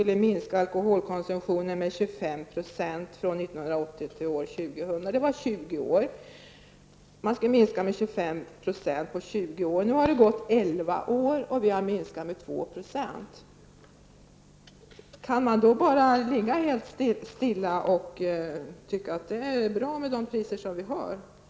Det handlar alltså om en 20-årsperiod. Nu har det gått 11 år, och vi kan konstatera en minskning om 2 %. Då skulle jag vilja fråga Yvonne Sandberg-Fries: Kan man i det läget bara ligga helt stilla så att säga och låta sig nöja med de priser som vi har?